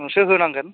नोंसो होनांगोन